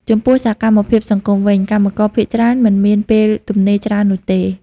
ចំពោះ សកម្មភាពសង្គម វិញ កម្មករភាគច្រើនមិនមានពេលទំនេរច្រើននោះទេ។